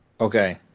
Okay